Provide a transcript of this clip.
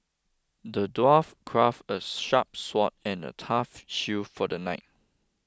the dwarf crafted a sharp sword and a tough shield for the knight